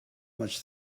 much